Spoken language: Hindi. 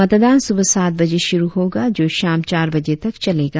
मतदान सुबह सात बजे शुरु होगा जो शाम चार बजे तक चलेगा